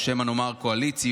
או שמא נאמר קואליציוש,